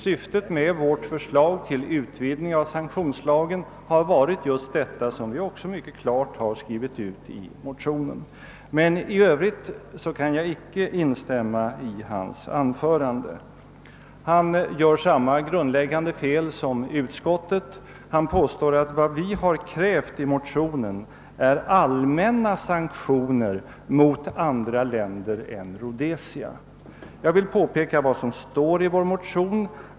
Syftet med vårt förslag till utvidgning av sanktionslagen har varit just detta som vi mycket klart har skrivit ut i motionen. I övrigt kan jag emellertid icke instämma i handelsministerns anförande. Han gör samma grundläggande fel som utskottet och påstår att vad vi har krävt i motionen är allmänna sanktioner mot andra länder än Rhodesia. Jag vill påpeka vad som står i vår motion.